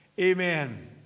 Amen